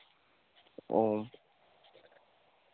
ᱚ